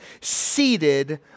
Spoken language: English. seated